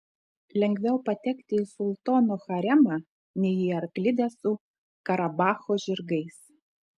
lengviau patekti į sultono haremą nei į arklidę su karabacho žirgais